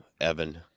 Evan